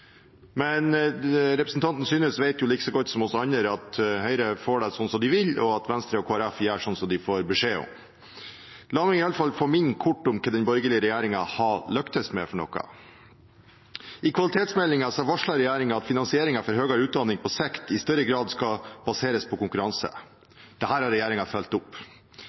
men kan hende har representanten Synnes her forskuttert Stortingets behandling før en kan slå fast at regjeringens forslag til revisjon er vedtatt. Representanten Synnes vet imidlertid likeså godt som oss andre at Høyre får det slik de vil, og at Venstre og Kristelig Folkeparti gjør slik de får beskjed om. La meg i alle fall få minne kort om hva den borgerlige regjeringen har lyktes med. I kvalitetsmeldingen varslet regjeringen at finansieringen for høyere utdanning på sikt i større grad skal baseres